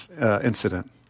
incident